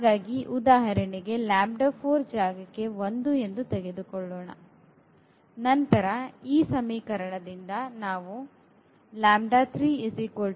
ಹಾಗಾಗಿ ಉದಾಹರಣೆಗೆ ಜಾಗಕ್ಕೆ 1 ಎಂದು ತೆಗೆದುಕೊಳ್ಳೋಣ ನಂತರ ಈ ಸಮೀಕರಣದಿಂದ ನಾವು